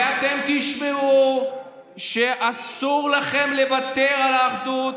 ואתם תשמעו שאסור לכם לוותר על האחדות,